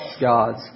gods